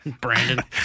Brandon